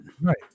Right